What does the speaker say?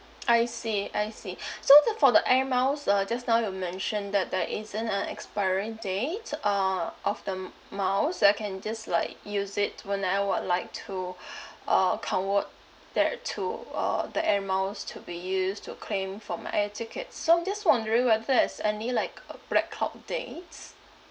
I see I see so the for the air miles uh just now you mentioned that there isn't a expiring date uh of the m~ miles I can just like use it when I would like to uh convert that to uh the air miles to be used to claim for my air tickets so just wondering whether there's any like uh blackout dates